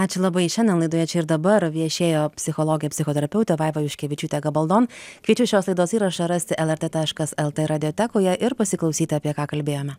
ačiū labai šiandien laidoje čia ir dabar viešėjo psichologė psichoterapeutė vaiva juškevičiūtė gabaldon kviečiu šios laidos įrašą rasti lrt taškas lt radiotekoje ir pasiklausyt apie ką kalbėjome